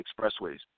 expressways